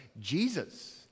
Jesus